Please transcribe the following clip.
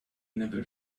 never